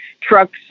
trucks